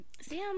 Sam